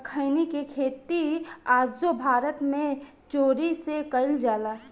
खईनी के खेती आजो भारत मे चोरी से कईल जाला